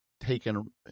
taken